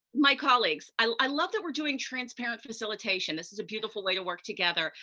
my colleagues, i love that we're doing transparent facilitation. this is a beautiful way to work together.